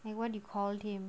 what do you call him